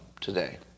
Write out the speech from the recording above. today